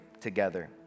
together